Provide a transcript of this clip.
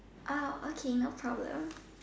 oh okay no problem